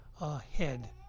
ahead